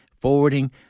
forwarding